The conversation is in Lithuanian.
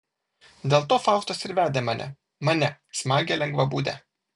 dėl to faustas ir vedė mane mane smagią lengvabūdę